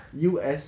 U_S